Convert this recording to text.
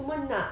semua nak